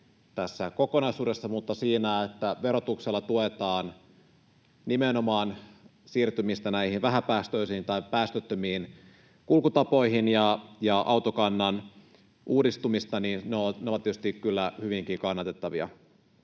tässä kokonaisuudessa, mutta siinä, että verotuksella tuetaan nimenomaan siirtymistä näihin vähäpäästöisiin tai päästöttömiin kulkutapoihin ja autokannan uudistumiseen, ne ovat tietysti kyllä hyvinkin kannatettavia.